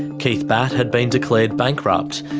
keith batt had been declared bankrupt.